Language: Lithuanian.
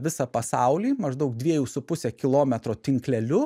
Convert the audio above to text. visą pasaulį maždaug dviejų su puse kilometro tinkleliu